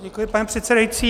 Děkuji, pane předsedající.